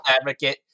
advocate